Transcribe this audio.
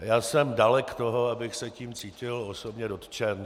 Já jsem dalek toho, abych se tím cítil osobně dotčen.